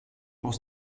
aus